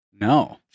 No